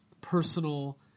personal